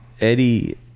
eddie